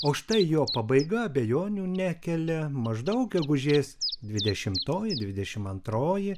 o štai jo pabaiga abejonių nekelia maždaug gegužės dvidešimtoji dvidešimt antroji